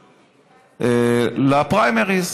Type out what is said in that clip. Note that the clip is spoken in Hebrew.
לפריימריז.